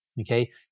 Okay